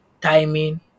timing